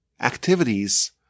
activities